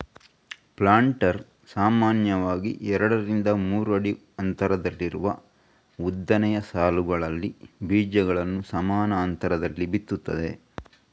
planter ಸಾಮಾನ್ಯವಾಗಿ ಎರಡರಿಂದ ಮೂರು ಅಡಿ ಅಂತರದಲ್ಲಿರುವ ಉದ್ದನೆಯ ಸಾಲುಗಳಲ್ಲಿ ಬೀಜಗಳನ್ನ ಸಮಾನ ಅಂತರದಲ್ಲಿ ಬಿತ್ತುತ್ತದೆ